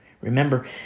Remember